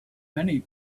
many